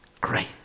Great